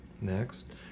Next